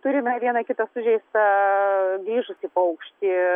turime vieną kitą sužeistą grįžusį paukštį